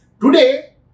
today